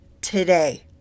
today